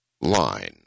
line